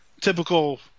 Typical